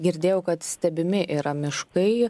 girdėjau kad stebimi yra miškai